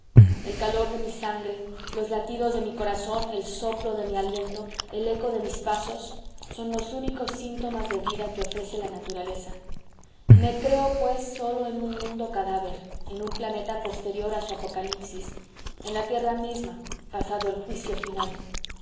el calor de mi sangre los latidos de mi corazón el soplo de mi aliento el eco de mis pasos son los únicos síntomas de vida que ofrece la naturaleza me creo pues solo en un mundo cadáver en un planeta posterior a su apocalipsis en la tierra misma pasado el juicio final